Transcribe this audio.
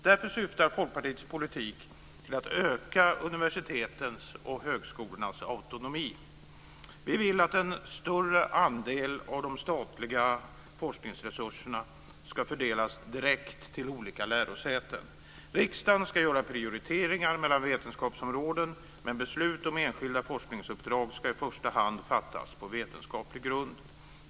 Därför syftar Folkpartiets politik till att öka universitetens och högskolornas autonomi. Vi vill att en större andel av de statliga forskningsresurserna ska fördelas direkt till olika lärosäten. Riksdagen ska göra prioriteringar mellan vetenskapsområden, men beslut om enskilda forskningsuppdrag ska i första hand fattas på vetenskaplig grund.